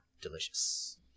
Delicious